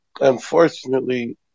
unfortunately